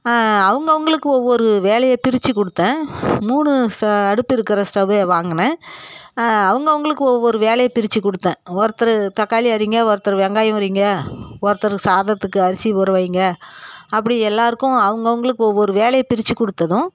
அவங்கவர்களுக்கு ஒவ்வொரு வேலையை பிரித்து கொடுத்தேன் மூணு அடுப்பு இருக்கிற ஸ்டவ்வு வாங்கினேன் அவங்கவர்களுக்கு ஒவ்வொரு வேலையை பிரித்து கொடுத்தேன் ஒருத்தர் தக்காளி அறிங்க ஒருத்தர் வெங்காயம் உரிங்க ஒருத்தர் சாதத்துக்கு அரிசி ஊற வைங்க அப்படி எல்லாேருக்கும் அவங்கவர்களுக்கு ஒவ்வொரு வேலையை பிரித்து கொடுத்ததும்